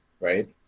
right